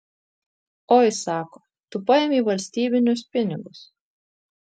oi sako tu paėmei valstybinius pinigus